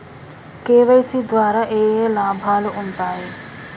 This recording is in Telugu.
కే.వై.సీ ద్వారా ఏఏ లాభాలు ఉంటాయి?